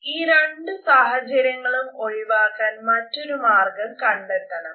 ഈ രണ്ട് സാഹചര്യങ്ങളും ഒഴിവാക്കാൻ മറ്റൊരു മാർഗം കണ്ടെത്തണം